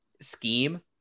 scheme